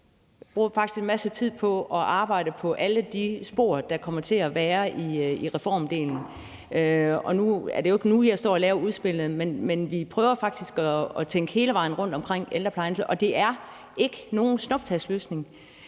Vi bruger faktisk en masse tid på at arbejde på alle de spor, der kommer til at være i reformdelen. Nu er det jo ikke nu, at jeg står og laver udspillet. Vi prøver faktisk at tænke hele vejen rundt omkring ældreplejen, og der er ikke nogen snuptagsløsning.